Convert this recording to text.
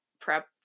prep